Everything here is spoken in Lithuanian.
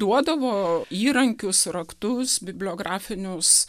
duodavo įrankius raktus bibliografinius